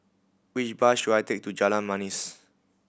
which bus should I take to Jalan Manis